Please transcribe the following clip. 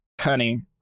Honey